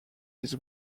his